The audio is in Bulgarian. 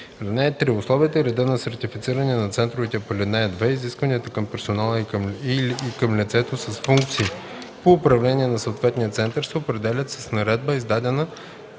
(3) Условията и редът за сертифициране на центровете по ал. 2, изискванията към персонала и към лицето с функции по управление на съответния център се определят с наредба, издадена